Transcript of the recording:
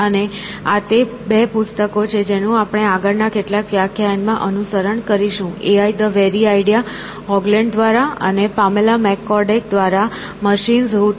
અને આ તે 2 પુસ્તકો છે જેનું આપણે આગળના કેટલાક વ્યાખ્યાયન માં અનુસરણ કરીશું "AI The Very Idea" Haugeland દ્વારા અને પામેલા મેકકોર્ડક દ્વારા "Machines Who Think"